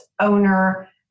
owner